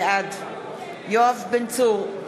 בעד יואב בן צור,